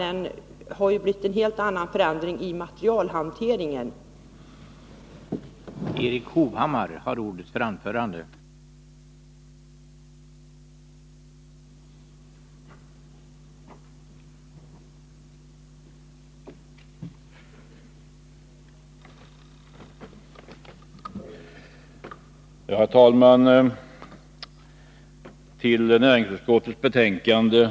Det har blivit en helt annan materialhantering på detta område.